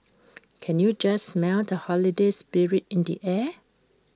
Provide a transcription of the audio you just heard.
can you just smell the holiday spirit in the air